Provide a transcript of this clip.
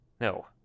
No